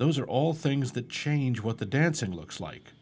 those are all things that change what the dancing looks like